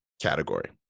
category